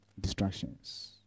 Distractions